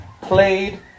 played